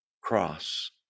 cross